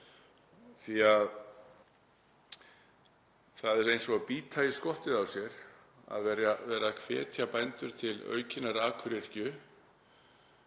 því að það er eins og að bíta í skottið á sér að vera að hvetja bændur til aukinnar akuryrkju